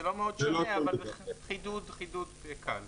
חידוד קל.